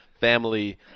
Family